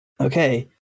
okay